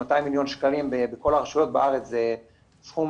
200 מיליון שקלים בכל הרשויות בארץ זה סכום